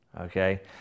Okay